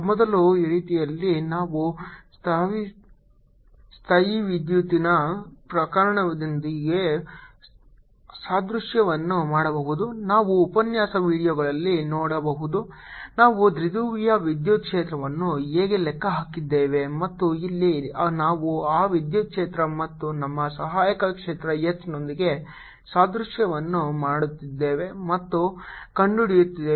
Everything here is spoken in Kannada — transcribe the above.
ಮೊದಲ ರೀತಿಯಲ್ಲಿ ನಾವು ಸ್ಥಾಯೀವಿದ್ಯುತ್ತಿನ ಪ್ರಕರಣದೊಂದಿಗೆ ಸಾದೃಶ್ಯವನ್ನು ಮಾಡಬಹುದು ನಾವು ಉಪನ್ಯಾಸ ವೀಡಿಯೊಗಳಲ್ಲಿ ನೋಡಬಹುದು ನಾವು ದ್ವಿಧ್ರುವಿಯ ವಿದ್ಯುತ್ ಕ್ಷೇತ್ರವನ್ನು ಹೇಗೆ ಲೆಕ್ಕ ಹಾಕಿದ್ದೇವೆ ಮತ್ತು ಇಲ್ಲಿ ನಾವು ಆ ವಿದ್ಯುತ್ ಕ್ಷೇತ್ರ ಮತ್ತು ನಮ್ಮ ಸಹಾಯಕ ಕ್ಷೇತ್ರ H ನೊಂದಿಗೆ ಸಾದೃಶ್ಯವನ್ನು ಮಾಡುತ್ತೇವೆ ಮತ್ತು ಕಂಡುಹಿಡಿಯುತ್ತೇವೆ